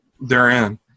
therein